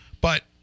But-